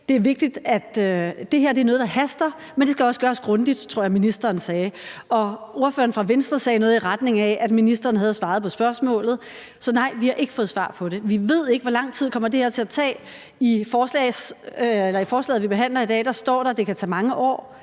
det er vigtigt; det her er noget, der haster, men det skal også gøres grundigt. Det tror jeg ministeren sagde. Ordføreren for Venstre sagde noget i retning af, at ministeren havde svaret på spørgsmålet. Så nej, vi har ikke fået svar på det. Vi ved ikke, hvor lang tid det her kommer til at tage. I forslaget, vi behandler i dag, står der, at det kan tage mange år.